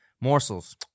morsels